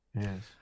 Yes